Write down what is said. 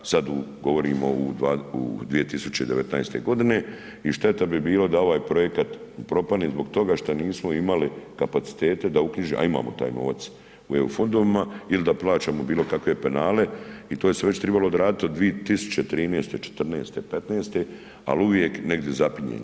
Sad govorimo u 2019. godine i šteta bi bilo da ovaj projekat propadne zbog toga što nismo imali kapacitete da uknjiže, a imamo taj novac u EU fondovima il da plaćamo bilo kakve penale i to je se već trebalo odraditi od 2013., '14., '15. al uvijek negdje zapinje.